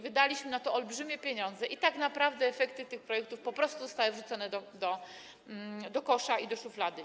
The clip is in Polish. Wydaliśmy na to olbrzymie pieniądze i tak naprawdę efekty tych projektów po prostu zostały wyrzucone do kosza, do szuflady.